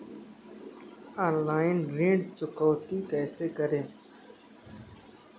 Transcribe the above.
Online ऋण चुकौती कैसे करें?